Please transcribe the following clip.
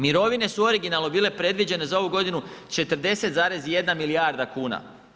Mirovine su originalno bile predviđene za ovu godinu 40,1 milijarda kuna.